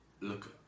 look